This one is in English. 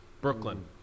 Brooklyn